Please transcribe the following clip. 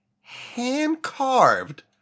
hand-carved